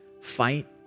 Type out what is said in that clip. fight